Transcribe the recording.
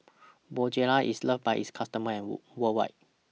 Bonjela IS loved By its customers and worldwide